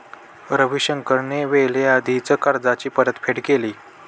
रविशंकरने वेळेआधीच कर्जाची परतफेड केली